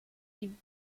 die